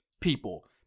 people